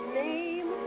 name